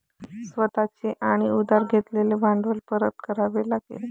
स्वतः चे आणि उधार घेतलेले भांडवल परत करावे लागेल